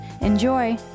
Enjoy